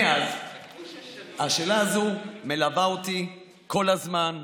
מאז השאלה הזאת מלווה אותי כל הזמן,